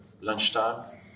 lunchtime